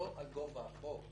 לא על גובה החוב.